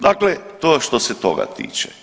Dakle, to što se toga tiče.